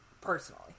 personally